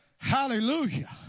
Hallelujah